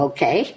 Okay